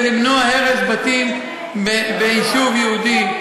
להכשיר אותם כדי למנוע הרס בתים ביישוב יהודי.